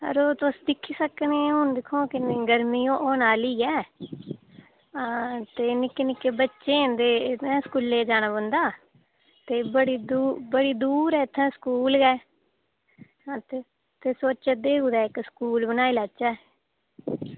अड़ेओ तुस दिक्खी सकने हून दिक्खो आं किन्नी गर्मी होन आह्ली ऐ आं ते निक्के निक्के बच्चे इं'दे इ'नें स्कूलै जाना पौंदा ते बड़ी दू बड़ी दूर ऐ इत्थूं स्कूल गै ते सोच्चा'रदी कुतै इक स्कूल बनाई लैच्चे